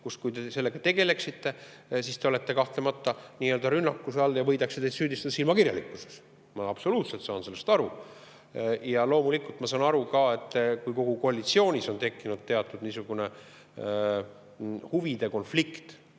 Kui te sellega tegeleksite, siis te oleksite kahtlemata rünnaku all ja teid võidaks süüdistada silmakirjalikkuses. Ma absoluutselt saan sellest aru. Ja loomulikult ma saan aru ka, et kogu koalitsioonis on tekkinud teatud niisugune huvide konflikt,